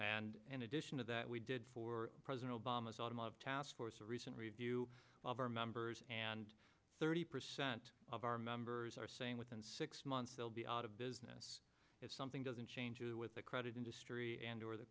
and in addition to that we did for president obama's automotive task force a recent review of our members and thirty percent of our members are saying within six months they'll be out of business if something doesn't change with the credit industry and or the